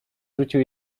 rzucił